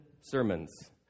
sermons